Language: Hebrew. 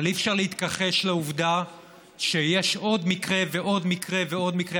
אבל אי-אפשר להתכחש לעובדה שיש עוד מקרה ועוד מקרה ועוד מקרה.